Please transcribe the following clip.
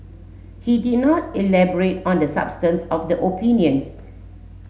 he did not elaborate on the substance of the opinions